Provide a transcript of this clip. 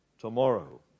tomorrow